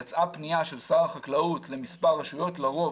יצאה פנייה של שר החקלאות למספר רשויות לרוב,